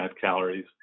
calories